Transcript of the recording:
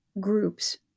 groups